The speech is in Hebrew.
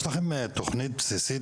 יש לכם תוכנית בסיסית?